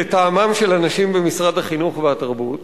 לטעמם של אנשים במשרד החינוך והתרבות,